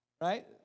right